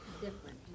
different